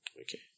Okay